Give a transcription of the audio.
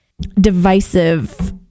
divisive